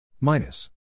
minus